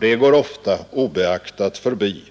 Det går ofta obeaktat förbi,